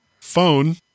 phone